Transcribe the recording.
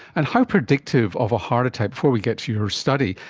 and how predictive of a heart attack, before we get to your study,